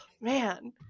man